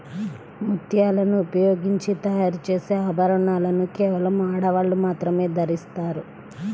ముత్యాలను ఉపయోగించి తయారు చేసే ఆభరణాలను కేవలం ఆడవాళ్ళు మాత్రమే ధరిస్తారు